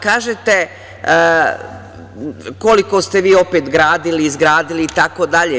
Kažete koliko ste vi gradili, izgradili itd.